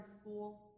school